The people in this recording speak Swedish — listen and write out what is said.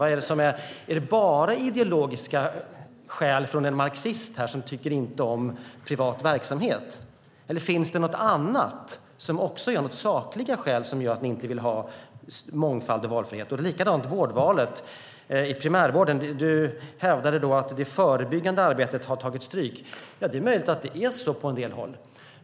Handlar det bara om ideologiska skäl från en marxist som inte tycker om privat verksamhet, eller finns det något annat som är ett sakligt skäl som gör att ni inte vill ha mångfald och valfrihet? Det är likadant med vårdvalet i primärvården. Du hävdade att det förebyggande arbetet har tagit stryk. Det är möjligt att det är så på en del håll.